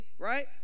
right